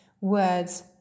words